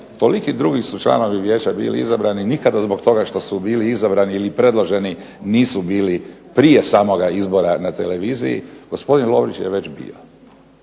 toliki drugi su članovi vijeća izabrani, nikada zbog toga što su bili izabrani ili predloženi nisu bili prije samoga izbora na televiziji, gospodin Lovrić je već bio.